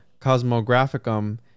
Cosmographicum